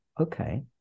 okay